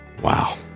Wow